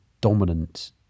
dominant